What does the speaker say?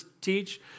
teach